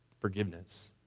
forgiveness